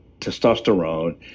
testosterone